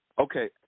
Okay